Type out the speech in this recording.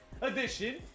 edition